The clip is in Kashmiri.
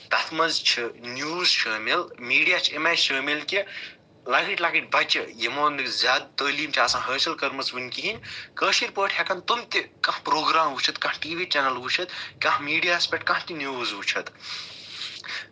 تَتھ منٛز چھُ نِوٕز شٲمِل میٖڈیا چھُ اَمہِ آیہِ شٲمِل کہِ لۄکٕٹۍ لۄکٕٹۍ بَچہٕ یِمو نہٕ زیادٕ تٲلیٖم چھےٚ آسان حٲصِل کٔرمٕژ وٕنہِ کِہیٖنۍ کٲشِر پٲٹھۍ ہٮ۪کَن تِم تہِ کانہہ پرٛوگرام وٕچھِتھ کانہہ ٹی وی چٮ۪نَل وٕچھِتھ کانہہ میٖڈیاہس پٮ۪ٹھ کانہہ تہِ نِوٕز وٕچھِتھ